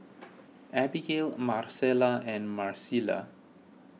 Abigail Marcela and Marisela